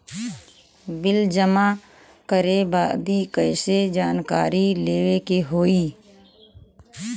Bill जमा करे बदी कैसे जानकारी लेवे के होई?